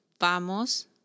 vamos